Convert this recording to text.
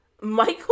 Michael